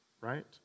right